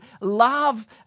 love